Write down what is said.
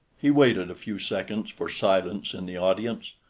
he waited a few seconds for silence in the audience,